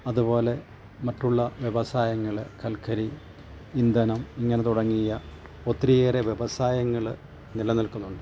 അത്പോലെ മറ്റുള്ള വ്യവസായങ്ങൾ കൽക്കരി ഇന്ധനം ഇങ്ങനെ തുടങ്ങിയ ഒത്തിരി ഏറെ വ്യവസായങ്ങൾ നിലനിൽക്കുന്നുണ്ട്